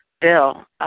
Bill